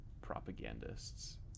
propagandists